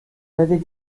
m’avait